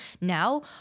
now